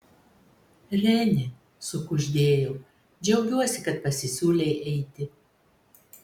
renė sukuždėjau džiaugiuosi kad pasisiūlei eiti